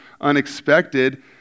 unexpected